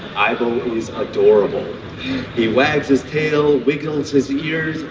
aibo is adorable. he wags his tail, wiggles his ears,